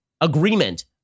agreement